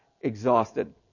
exhausted